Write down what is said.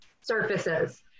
surfaces